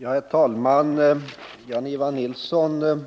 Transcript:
Herr talman! Jan-Ivan Nilsson